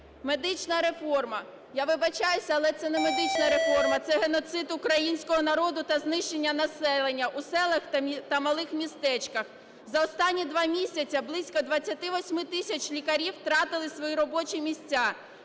Медична реформа. Я вибачаюсь, це не медична реформа – це геноцид українського народу та знищення населення у селах та малих містечках. За останні 2 місяці близько 28 тисяч лікарів втратили свої робочі місця.